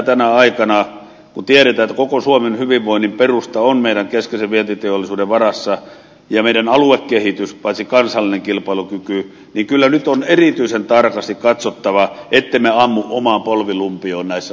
tänä aikana kun tiedetään että koko suomen hyvinvoinnin perusta ja paitsi aluekehitys myös kansallinen kilpailukyky on meidän keskeisen vientiteollisuuden varassa ja veden valua kehitys paitsi kansallinen kilpailukyky on kyllä erityisen tarkasti katsottava ettemme ammu omaan polvilumpioon näissä asioissa